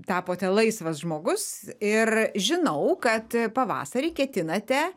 tapote laisvas žmogus ir žinau kad pavasarį ketinate